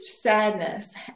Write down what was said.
sadness